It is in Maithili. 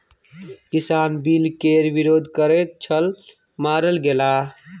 किसान बिल केर विरोध करैत छल मारल गेलाह